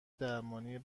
درمانی